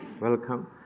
Welcome